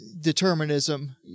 determinism